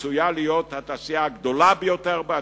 העשויה להיות התעשייה הגדולה ביותר בעתיד,